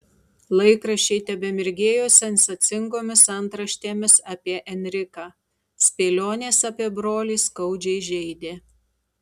laikraščiai tebemirgėjo sensacingomis antraštėmis apie enriką spėlionės apie brolį skaudžiai žeidė